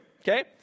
Okay